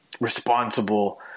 responsible